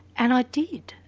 and i did,